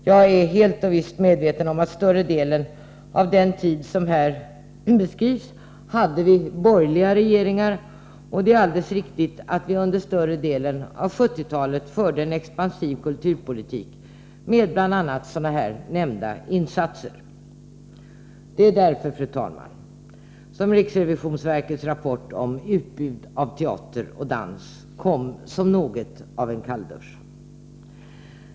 Jag är helt och visst medveten om att vi under större delen av den tid som här beskrevs hade borgerliga regeringar, och det är alldeles riktigt att vi under större delen av 1970-talet förde en expansiv kulturpolitik, med bl.a. sådana här nämnda insatser. Det är därför, fru talman, som riksrevisionsverkets rapport om ”utbud av teater och dans” kom som något av en kalldusch.